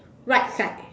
right side